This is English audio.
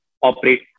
Operate